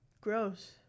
Gross